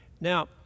Now